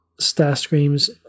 Starscream's